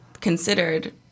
considered